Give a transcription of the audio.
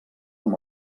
amb